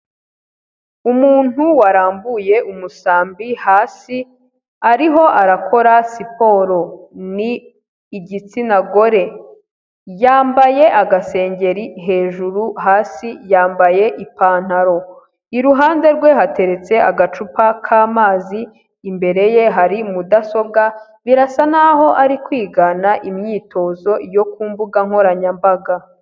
Umuntu warambuye umusambi hasi, ariho arakora siporo, ni igitsina gore, yambaye agasengeri hejuru, hasi yambaye ipantaro, iruhande rwe hateretse agacupa k'amazi, imbere ye hari mudasobwa, birasa n'aho ari kwigana imyitozo yo ku mbuga nkoranyambaga.